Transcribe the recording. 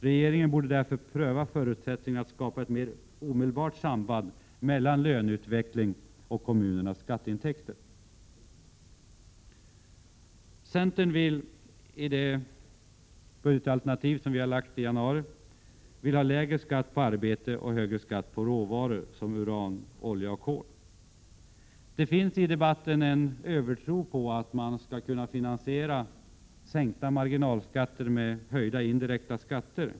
Regeringen bör därför pröva förutsättningarna att skapa ett mer omedelbart samband mellan löneutveckling och kommunernas skatteintäkter. Centerpartiet vill ha lägre skatt på arbete och högre skatt på råvaror som uran, olja och kol. Det föreslår vi i vårt budgetalternativ från januari. Det förekommer i debatten en övertro på att man kan finansiera sänkta marginalskatter med höjda indirekta skatter.